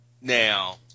now